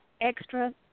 extra